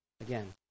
again